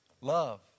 Love